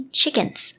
chickens